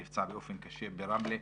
נפצע באופן קשה ברמלה.